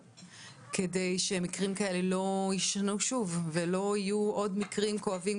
כדי שמקרים כאלה לא יישנו שוב ולא יהיו עוד מקרים כואבים